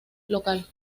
local